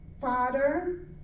Father